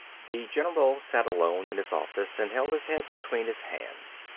the general sat alone in his office and held his head between his hands.